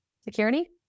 security